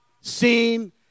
seen